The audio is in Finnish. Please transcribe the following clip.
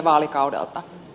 miksi